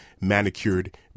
manicured